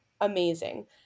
amazing